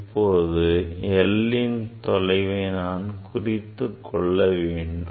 இப்போது L 4ன் தொலைவை நான் குறித்துக்கொள்ள வேண்டும்